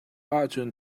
ahcun